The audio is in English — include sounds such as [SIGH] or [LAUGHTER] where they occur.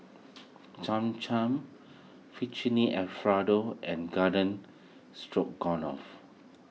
[NOISE] Cham Cham [UNINTELLIGIBLE] Alfredo and Garden Stroganoff